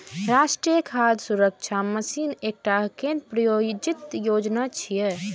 राष्ट्रीय खाद्य सुरक्षा मिशन एकटा केंद्र प्रायोजित योजना छियै